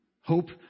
Hope